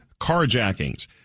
carjackings